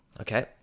okay